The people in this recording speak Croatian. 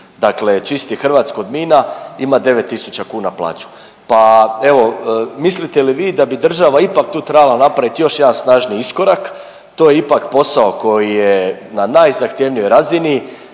dakle čisti Hrvatsku od mina ima 9000 kuna plaću. Pa evo mislite li vi da bi država ipak tu trebala napraviti još jedan snažniji iskorak. To je ipak posao koji je na najzahtjevnijoj razini.